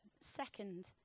Second